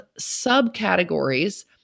subcategories